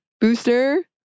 booster